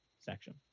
section